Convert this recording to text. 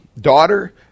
daughter